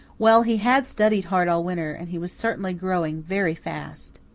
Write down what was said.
well, he had studied hard all winter, and he was certainly growing very fast.